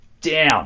down